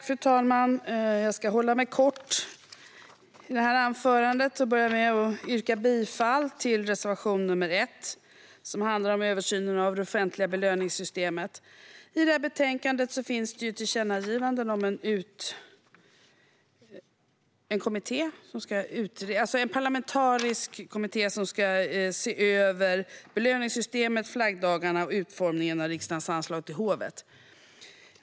Fru talman! Jag ska vara kortfattad i detta anförande. Jag börjar med att yrka bifall till reservation 1, som handlar om översynen av det offentliga belöningssystemet. I detta betänkande finns det tillkännagivanden om en parlamentarisk kommitté som ska se över belöningssystemet, flaggdagarna och utformningen av riksdagens anslag till hovet.